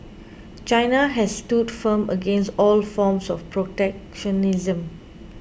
China has stood firm against all forms of protectionism